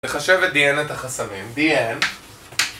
לחשב ודיין את החסמים, דיין!